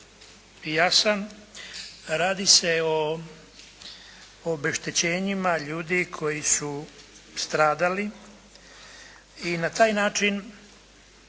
je jasan. Radi se o obeštećenjima ljudi koji su stradali i na taj način